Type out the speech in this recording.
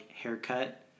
haircut